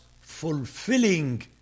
fulfilling